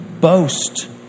Boast